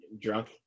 drunk